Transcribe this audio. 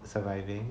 surviving